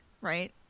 right